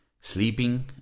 sleeping